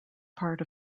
part